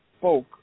spoke